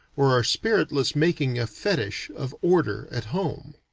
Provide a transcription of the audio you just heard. or our spiritless making a fetish of order, at home?